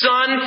Son